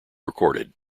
recorded